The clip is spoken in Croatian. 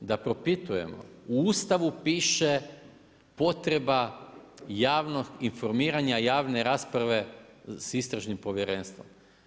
Da propitujemo, u Ustavu piše potreba javnog informiranja, javne rasprave s istražnim povjerenstvom.